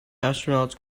astronauts